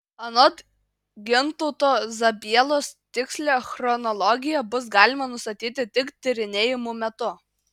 anot gintauto zabielos tikslią chronologiją bus galima nustatyti tik tyrinėjimų metu